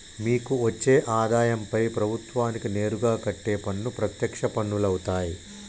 మీకు వచ్చే ఆదాయంపై ప్రభుత్వానికి నేరుగా కట్టే పన్ను ప్రత్యక్ష పన్నులవుతాయ్